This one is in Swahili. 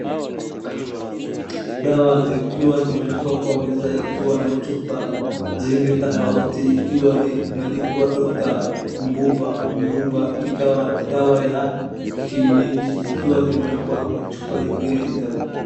Dawa zikiwa zimewekwa kwa meza ikiwa na chupa nyingi tofauti ikiwa ni imeandikwa Doctor Mduba ikawa dawa ya shiyingi zikiwa zimewekwa kwa chupa zingine.